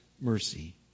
mercy